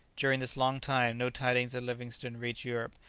during this long time no tidings of livingstone reached europe,